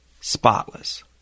Spotless